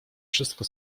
wszystko